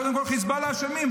קודם כול חיזבאללה הם האשמים,